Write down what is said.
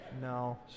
no